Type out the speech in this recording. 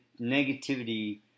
negativity